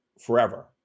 forever